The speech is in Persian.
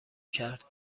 کرد